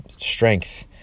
strength